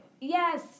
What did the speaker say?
Yes